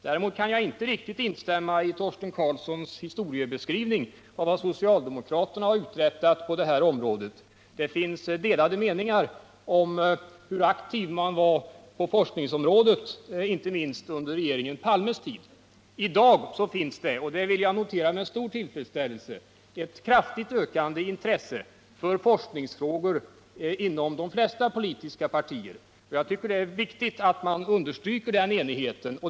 Däremot kan jag inte riktigt instämma i Torsten Karlssons historiebeskrivning av vad socialdemokraterna har uträttat på detta område. Det finns delade meningar om hur aktiva man har varit på forskningens område, inte minst under regeringen Palmes tid. I dag finns det — och det vill jag notera med stor tillfredsställelse — inom de flesta politiska partier ett kraftigt ökande intresse för forskningsfrågor. Jag tycker att det är viktigt att understryka den enigheten.